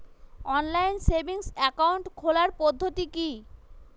Online savings account খোলার পদ্ধতি কি?